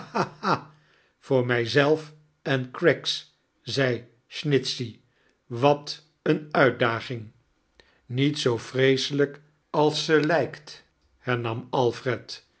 voor mij ze-lf en oraggs zei snitchey wat eeine uitdaging niet zoo vreeselijk als ze lijkt hernam alfred